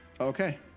Okay